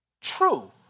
true